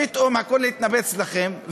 פתאום הכול התנפץ לכם,